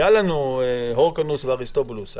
היו לנו הורקנוס ואריסטובולוס,